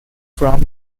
from